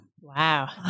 Wow